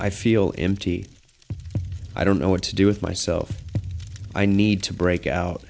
i feel empty i don't know what to do with myself i need to break out